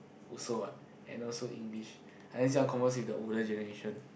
also what and also English unless you want converse with the older generation